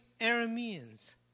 Arameans